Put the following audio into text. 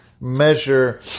measure